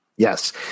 Yes